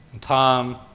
Tom